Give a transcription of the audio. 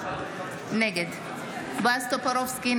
נגד בועז טופורובסקי,